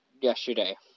yesterday